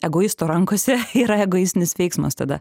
egoisto rankose yra egoistinis veiksmas tada